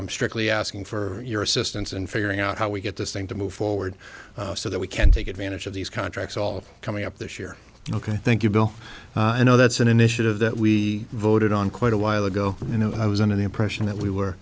i'm strictly asking for your assistance in figuring out how we get this thing to move forward so that we can take advantage of these contracts all coming up this year ok thank you bill and oh that's an initiative that we voted on quite a while ago and i was under the impression that we were